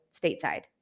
stateside